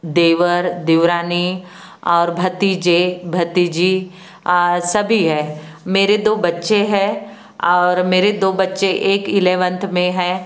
देवर देवरानी और भतीजे भतीजी सभी है मेरे दो बच्चे हैं और मेरे दो बच्चे एक इलेवंथ में है